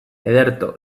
ederto